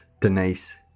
Denise